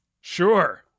Sure